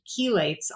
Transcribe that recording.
chelates